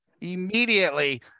immediately